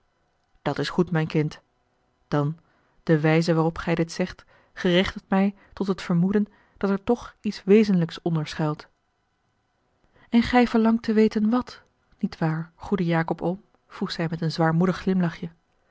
dat is goed mijn kind dan de wijze waarop gij dit zegt gerechtigt mij tot het vermoeden dat er toch iets wezenlijks onder schuilt en gij verlangt te weten wàt niet waar goede jacob oom vroeg zij met een zwaarmoedig glimlachje